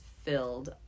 filled